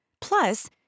Plus